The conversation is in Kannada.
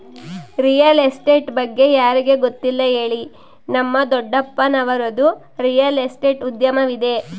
ರಿಯಲ್ ಎಸ್ಟೇಟ್ ಬಗ್ಗೆ ಯಾರಿಗೆ ಗೊತ್ತಿಲ್ಲ ಹೇಳಿ, ನಮ್ಮ ದೊಡ್ಡಪ್ಪನವರದ್ದು ರಿಯಲ್ ಎಸ್ಟೇಟ್ ಉದ್ಯಮವಿದೆ